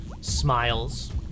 smiles